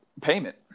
payment